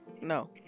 no